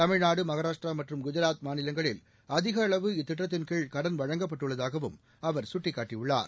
தமிழ்நாடு மகாராஷ்ட்டிரா மற்றம் குஜராத் மாநிலங்களில் அதிக அளவு இத்திட்டத்தின்கீழ் கடள் வழங்கப்பட்டுள்ளதாகவும் அவர் சுட்டிக்காட்டியுள்ளார்